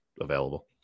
available